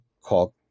called